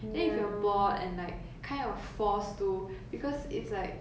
then if you are bored and like kind of forced to because it's like